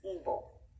evil